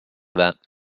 that